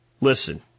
Listen